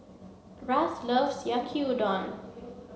Ras loves Yaki Udon